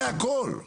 זה הכול.